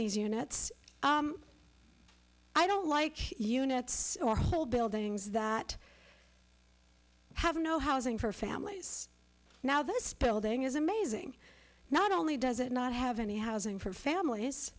these units i don't like units or whole buildings that have no housing for families now this building is amazing not only does it not have any housing for families